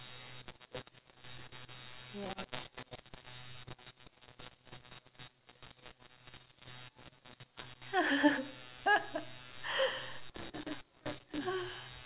yes